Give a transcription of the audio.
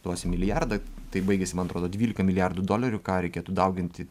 duosim milijardą taip baigiasi man atrodo dvylika milijardų dolerių ką reikėtų dauginti ti